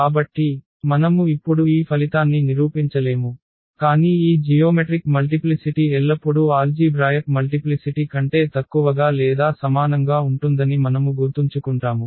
కాబట్టి మనము ఇప్పుడు ఈ ఫలితాన్ని నిరూపించలేము కానీ ఈ జియోమెట్రిక్ మల్టిప్లిసిటి ఎల్లప్పుడూ ఆల్జీభ్రాయక్ మల్టిప్లిసిటి కంటే తక్కువగా లేదా సమానంగా ఉంటుందని మనము గుర్తుంచుకుంటాము